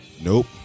Nope